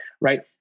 right